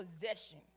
possession